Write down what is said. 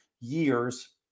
years